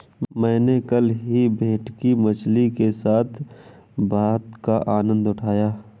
मैंने कल ही भेटकी मछली के साथ भात का आनंद उठाया